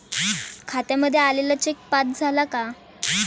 खात्यामध्ये आलेला cheque pass झाला का?